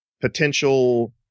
potential